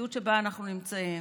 במציאות שבה אנחנו נמצאים,